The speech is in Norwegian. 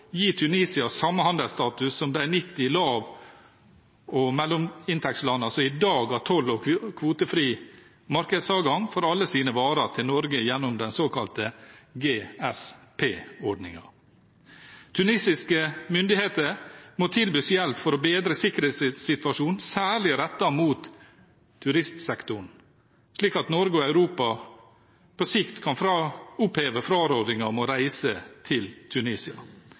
gi Tunisia samme handelsstatus som de 90 lav- og mellominntektslandene som i dag har toll- og kvotefri markedsadgang for alle sine varer til Norge gjennom den såkalte GSP-ordningen. Tunisiske myndigheter må tilbys hjelp for å bedre sikkerhetssituasjonen særlig rettet mot turistsektoren, slik at Norge og Europa på sikt kan oppheve frarådingen om å reise til Tunisia.